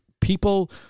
people